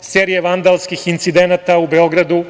serije vandalskih incidenata u Beogradu.